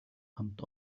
хамт